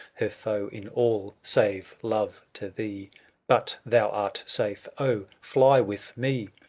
her foe in all, save love to thee but thou art safe. oh, fly with me!